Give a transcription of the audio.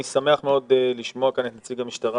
אני שמח מאוד לשמוע כאן את נציג המשטרה